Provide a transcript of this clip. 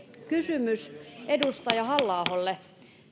kysymys edustaja halla aholle